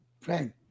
Frank